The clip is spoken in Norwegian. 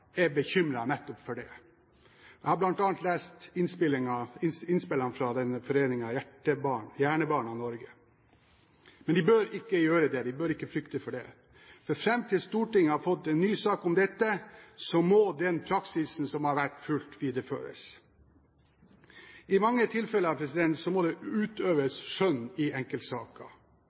nettopp for det. Jeg har bl.a. lest innspillene fra foreningen Hjernebarna Norge. Men de behøver ikke å frykte for dette, for fram til Stortinget har fått en ny sak om dette, må den praksisen som har vært fulgt, videreføres. I mange tilfeller må det utøves skjønn i enkeltsaker.